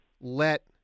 let